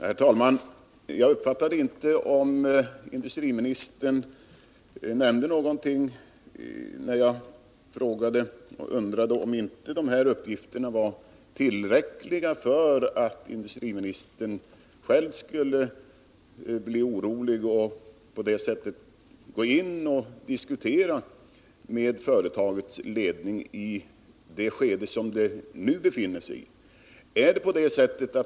Herr talman! Jag uppfattade inte, när jag undrade om inte de här uppgifterna var tillräckliga för att industriministern själv skulle bli orolig och därför gå in och diskutera med företagets ledning i det skede som strukturplanen nu befinner sig i, om industriministern nämnde någonting om detta i svaret.